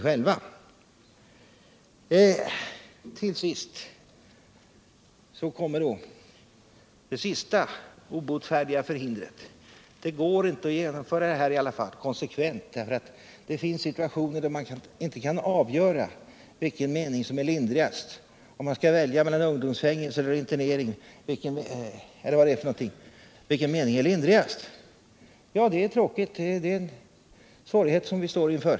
Sedan kom den obotfärdiges sista förhinder: det går inte att genomföra detta konsekvent därför att det finns situationer där man inte kan avgöra vad som är lindrigast — om man skall välja mellan ungdomsfängelse eller internering eller vad det är för någonting. Det är tråkigt, men det är en svårighet som vi står inför.